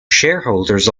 shareholders